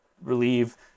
relieve